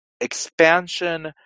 expansion